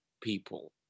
people